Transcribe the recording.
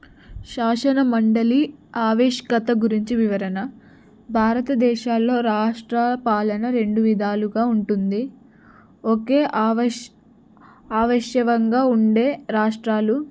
శాషన మండలి ఆవశ్యకత గురించి వివరణ భారతదేశాల్లో రాష్ట్రపాలన రెండు విధాలుగా ఉంటుంది ఒకే ఆవష్ ఆవశ్యకత ఉండే రాష్ట్రాలు